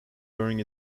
during